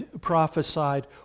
prophesied